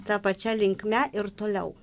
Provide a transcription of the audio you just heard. ta pačia linkme ir toliau